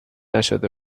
نشده